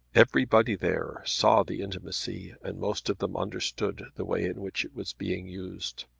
everybody there saw the intimacy and most of them understood the way in which it was being used.